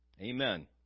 amen